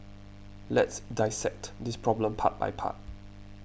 let's dissect this problem part by part